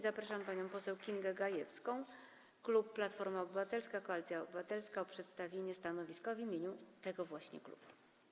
Zapraszam panią poseł Kingę Gajewską, klub Platforma Obywatelska - Koalicja Obywatelska, o przedstawienie stanowiska w imieniu tego właśnie klubu.